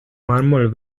mármol